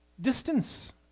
distance